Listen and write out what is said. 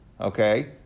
okay